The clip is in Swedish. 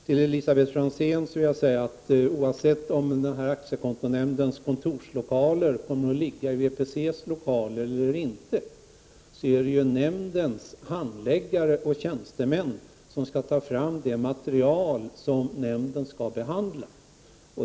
Till Elisabet Franzén vill jag säga att oavsett om aktiekontonämndens kontorslokaler kommer att ligga i VPC:s lokaler eller inte är det nämndens handläggare och tjänstemän som skall ta fram det material som nämnden skall behandla.